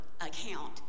account